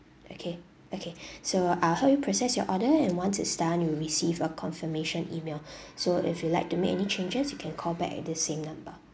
okay okay so I'll help you process your order and once it's done you will receive a confirmation email so if you like too many changes you can call back at the same number